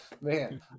man